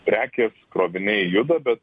prekės kroviniai juda bet